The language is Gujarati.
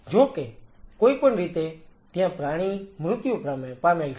જો કે કોઈપણ રીતે ત્યાં પ્રાણી મૃત્યુ પામેલ છે